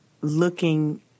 looking